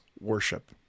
worship